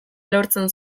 lortzen